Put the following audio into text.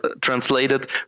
translated